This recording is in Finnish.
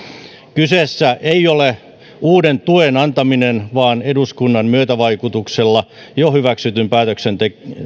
kyseessä ei ole uuden tuen antaminen vaan eduskunnan myötävaikutuksella jo hyväksytyn päätöksen